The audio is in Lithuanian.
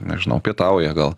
nežinau pietauja gal